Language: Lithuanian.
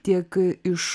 tiek iš